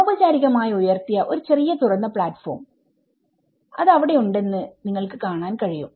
അനൌപചാരികമായി ഉയർത്തിയ ഒരു ചെറിയ തുറന്ന പ്ലാറ്റ്ഫോംഉണ്ടെന്ന് ഇവിടെ നിങ്ങൾക്ക് കാണാൻ കഴിയും